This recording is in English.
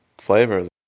flavors